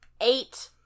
eight